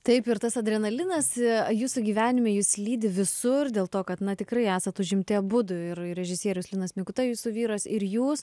taip ir tas adrenalinas jūsų gyvenime jus lydi visur dėl to kad na tikrai esat užimti abudu ir ir režisierius linas mikuta jūsų vyras ir jūs